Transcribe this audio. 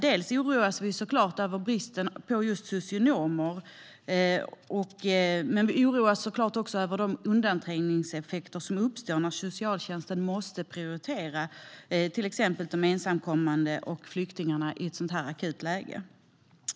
Vi oroas över bristen på just socionomer men också över de undanträngningseffekter som uppstår när socialtjänsten måste prioritera till exempel de ensamkommande och flyktingarna i ett sådant akut läge.